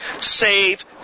Save